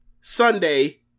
Sunday